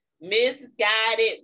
misguided